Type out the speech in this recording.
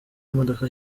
w’imodoka